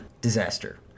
Disaster